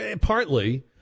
Partly